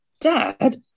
Dad